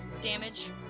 damage